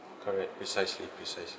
correct precisely precisely